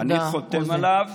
אני חותם עליו.